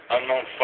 Unknown